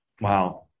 wow